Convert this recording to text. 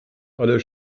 aller